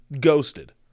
ghosted